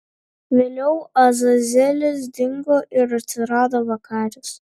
vėliau azazelis dingo ir atsirado vakaris